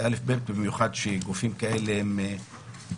זה א'-ב', במיוחד שגופים כאלה מנהלים